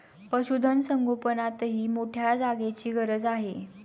पशुधन संगोपनातही मोठ्या जागेची गरज आहे